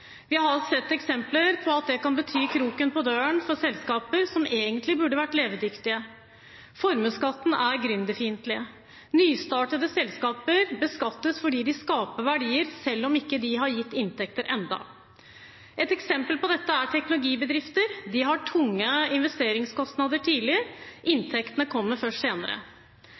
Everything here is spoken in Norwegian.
Vi har sett eksempler på at det kan bety kroken på døren for selskaper som egentlig burde vært levedyktige. Formuesskatten er gründerfiendtlig. Nystartede selskaper beskattes fordi de skaper verdier selv om de ikke har gitt inntekter ennå. Et eksempel på dette er teknologibedrifter. De har tunge investeringskostnader tidlig, inntektene kommer først senere.